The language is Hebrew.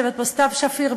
יושבת פה סתיו שפיר,